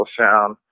sound